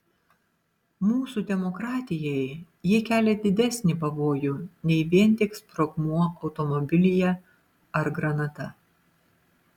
mūsų demokratijai jie kelia didesnį pavojų nei vien tik sprogmuo automobilyje ar granata